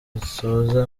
bisoza